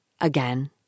again